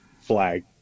flag